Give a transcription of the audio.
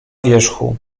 wierzchu